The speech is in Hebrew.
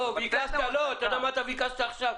לא, אתה יודע מה אתה ביקשת עכשיו?